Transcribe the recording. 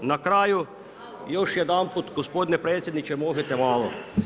Na kraju još jedanput gospodine predsjedniče možete malo.